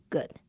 Good